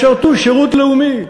ישרתו שירות לאומי,